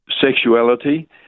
sexuality